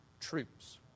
Troops